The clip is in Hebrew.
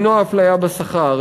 למנוע אפליה בשכר,